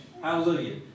Hallelujah